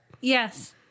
Yes